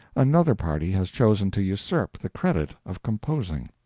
another party has chosen to usurp the credit of composing.